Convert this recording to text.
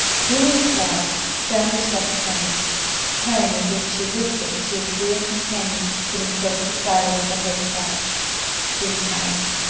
julia cloud found herself praying praying, as if she whispered to a dear companion sitting close beside her at the hearthside dear christ,